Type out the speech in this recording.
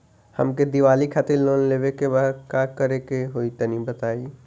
हमके दीवाली खातिर लोन लेवे के बा का करे के होई तनि बताई?